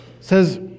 says